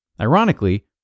Ironically